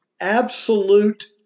Absolute